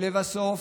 לבסוף,